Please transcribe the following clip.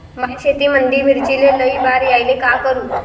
माया शेतामंदी मिर्चीले लई बार यायले का करू?